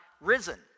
risen